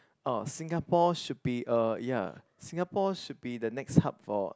oh Singapore should be a ya Singapore should be the next hub for